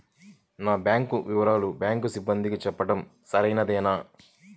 నా బ్యాంకు వివరాలను బ్యాంకు సిబ్బందికి చెప్పడం సరైందేనా?